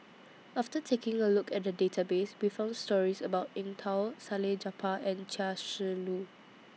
after taking A Look At The Database We found stories about Eng Tow Salleh Japar and Chia Shi Lu